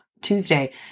Tuesday